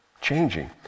changing